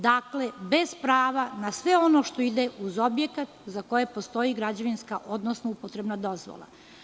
Dakle, bez prava na sve ono što ide uz objekat za koje postoji građevinska, odnosno upotrebna dozvola.